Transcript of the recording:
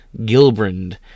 Gilbrand